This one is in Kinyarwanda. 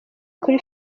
kuri